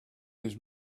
his